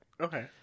Okay